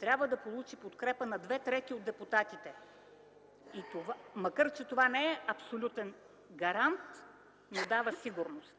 трябва да получи подкрепа на две трети от депутатите, макар че това не е абсолютен гарант, но дава сигурност.